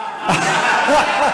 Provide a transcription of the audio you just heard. לא,